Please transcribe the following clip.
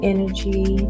Energy